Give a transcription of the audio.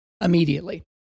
immediately